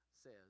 says